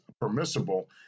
permissible